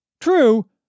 True